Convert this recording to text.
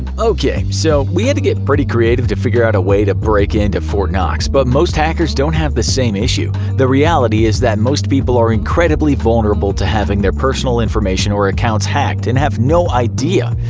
okay, so we had to get pretty creative to figure out a way to break in to fort knox, but most hackers don't have the same issue. the reality is that most people are incredibly vulnerable to having their personal information or accounts hacked and have no idea!